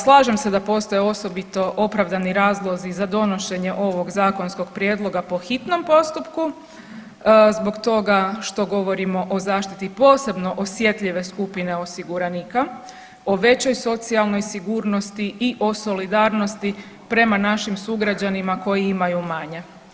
Slažem se da postoje osobito opravdani razlozi za donošenje ovog zakonskog prijedloga po hitnom postupku zbog toga što govorimo o zaštiti posebno osjetljive skupine osiguranika, o većoj socijalnoj sigurnosti i o solidarnosti prema našim sugrađanima koji imaju manje.